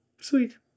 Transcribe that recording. Sweet